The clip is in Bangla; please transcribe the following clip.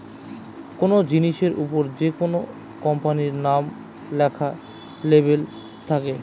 কোনো জিনিসের ওপর যেকোনো কোম্পানির নাম লেখা লেবেল থাকে